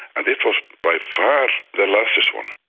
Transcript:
and this was by far the largest one.